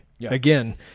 Again